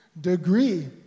degree